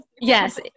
Yes